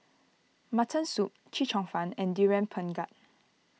Mutton Soup Chee Cheong Fun and Durian Pengat